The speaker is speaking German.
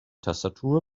tastatur